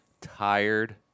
tired